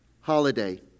holiday